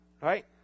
Right